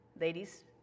ladies